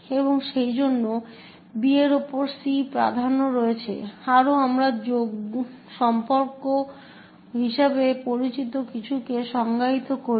এবং সেইজন্য B এর উপর C প্রাধান্য রয়েছে আরও আমরা যোগ সম্পর্ক হিসাবে পরিচিত কিছুকেও সংজ্ঞায়িত করি